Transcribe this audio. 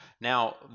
now